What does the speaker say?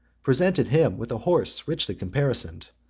presented him with a horse richly caparisoned,